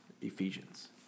Ephesians